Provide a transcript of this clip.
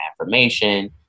affirmation